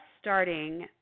starting